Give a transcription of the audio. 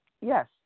Yes